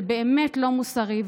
זה באמת לא מוסרי,